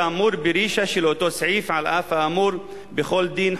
כאמור ברישא של אותו סעיף: על אף האמור בכל דין,